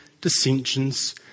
dissensions